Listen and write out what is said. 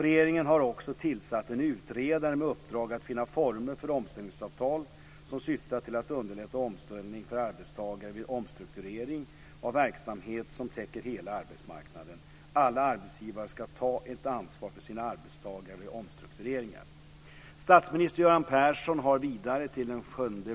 Regeringen har också tillsatt en utredare med uppdrag att finna former för omställningsavtal som syftar till att underlätta omställning för arbetstagare vid omstrukturering av verksamheten som täcker hela arbetsmarknaden. Alla arbetsgivare ska ta ett ansvar för sina arbetstagare vid omstruktureringar.